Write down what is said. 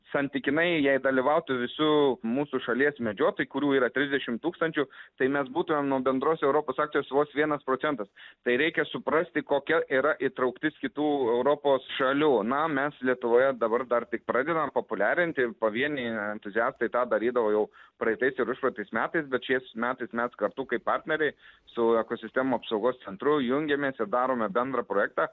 santykinai jei dalyvautų visų mūsų šalies medžiotojai kurių yra trisdešim tūkstančių tai mes būtumėm nuo bendros europos akcijos vos vienas procentas tai reikia suprasti kokia yra įtrauktis kitų europos šalių na mes lietuvoje dabar dar tik pradedam populiarinti pavieniai entuziastai tą darydavo jau praeitais užpraeitais metais bet šiais metais mes kartu kaip partneriai su ekosistemų apsaugos centru jungiamės ir darome bendrą projektą